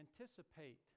anticipate